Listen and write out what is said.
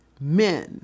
men